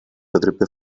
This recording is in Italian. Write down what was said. potrebbe